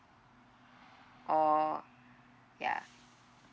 orh ya